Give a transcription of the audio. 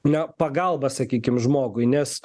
na pagalbą sakykim žmogui nes